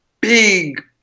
big